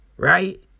Right